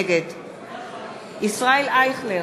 נגד ישראל אייכלר,